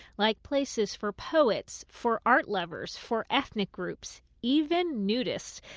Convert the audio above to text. like places for poets, for art lovers, for ethnic groups, even nudists.